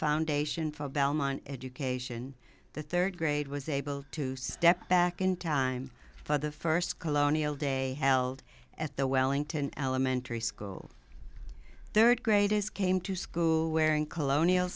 foundation for belmont education the third grade was able to step back in time for the first colonial day held at the wellington elementary school third graders came to school wearing colonial